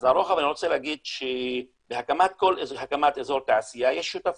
אז לרוחב אני רוצה להגיד שבהקמת כל אזור תעשייה יש שותפים,